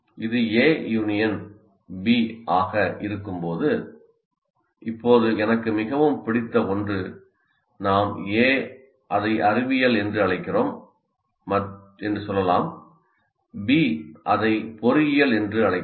இது A union B ஆக இருக்கும்போது இப்போது எனக்கு மிகவும் பிடித்த ஒன்று நாம் A அதை அறிவியல் என்று அழைக்கிறோம் சொல்லலாம் B அதை பொறியியல் என்று அழைக்கிறோம்